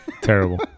terrible